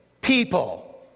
people